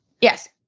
Yes